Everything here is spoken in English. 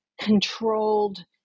controlled